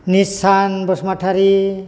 Nissan Basumatary